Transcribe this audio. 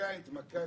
רק לחדד,